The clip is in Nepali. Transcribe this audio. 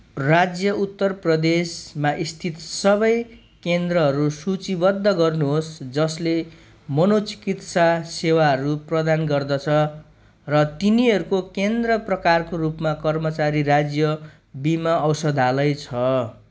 राज्य उत्तर प्रदेशमा स्थित सबै केन्द्रहरू सूचीबद्ध गर्नुहोस् जसले मनोचिकित्सा सेवाहरू प्रदान गर्दछ र तिनीहरूको केन्द्र प्रकारको रूपमा कर्मचारी राज्य बिमा औषधालय छ